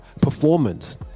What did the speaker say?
performance